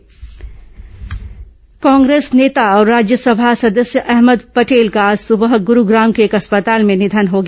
अहमद पटेल निधन कांग्रेस नेता और राज्यसभा सदस्य अहमद पटेल का आज सुबह गुरुग्राम के एक अस्पताल में निधन हो गया